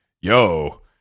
yo